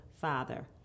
Father